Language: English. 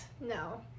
No